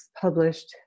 published